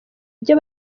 ibyo